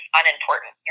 unimportant